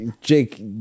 Jake